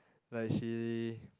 like she